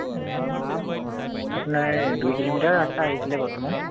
আপোনাৰ দুই কিলোমিটাৰ ৰাস্তা আহিছিলে বৰ্তমান